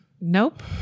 nope